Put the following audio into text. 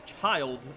child